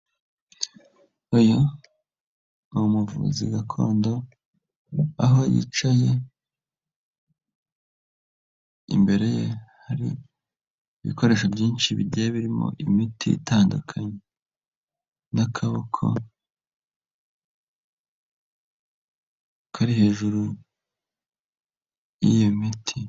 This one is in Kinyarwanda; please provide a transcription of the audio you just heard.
Uyu ni umuvuzi gakondo, aho yicaye, imbere ye hari ibikoresho byinshi bigiye birimo imiti itandukanye n'akaboko kari hejuru y'iyo miti.